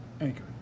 Anchor